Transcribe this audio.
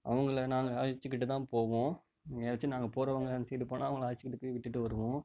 அவங்கள நாங்கள் அழைச்சிட்டுக்கு தான் போவோம் யாராச்சு நாங்கள் போகிறவங்க அந்த சைடு போனால் அவங்கள அழைச்சுட்டு போய் விட்டுட்டு வருவோம்